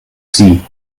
sie